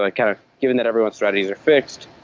like kind of given that everyone's strategies are fixed,